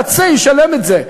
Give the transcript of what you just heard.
הקצה ישלם את זה.